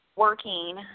working